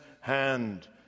hand